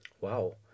Wow